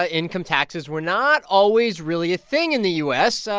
ah income taxes were not always really a thing in the u s.